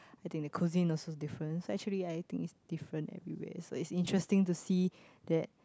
I think the coziness is different actually I think it's different everywhere so it's interesting to see that